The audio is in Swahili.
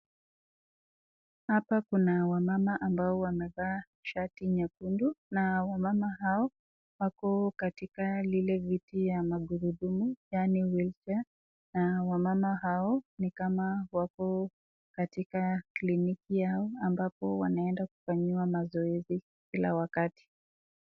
Hapa kuna wamama ambao wamevaa shati nyekundu , na wamama hao wako katika lile viti ya magurudumu yaani wheelchair na wamama hao ni kama wako katika kliniki yao ambapo wanaenda kufanyiwa mazoezi kila wakati.